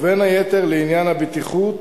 ובין היתר לעניין הבטיחות,